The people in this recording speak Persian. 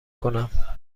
کنم